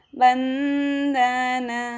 bandana